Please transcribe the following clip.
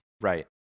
right